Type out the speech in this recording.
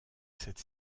cette